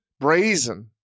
brazen